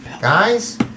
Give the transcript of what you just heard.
Guys